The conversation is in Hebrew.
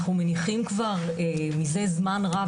אנחנו מניחים כבר מזה זמן רב,